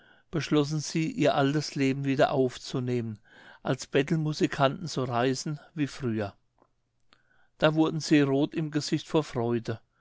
beschlossen sie ihr altes leben wieder aufzunehmen als bettelmusikanten zu reisen wie früher da wurden sie rot im gesicht vor freude